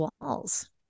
walls